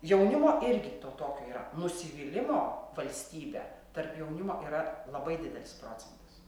jaunimo irgi to tokio yra nusivylimo valstybe tarp jaunimo yra labai didelis procentas